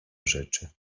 rzeczy